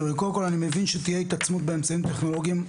קודם כל אני מבין שתהיה התעצמות באמצעים טכנולוגיים.